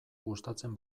gustatzen